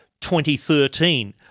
2013